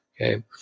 Okay